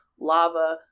lava